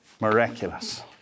Miraculous